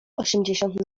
osiemdziesiąt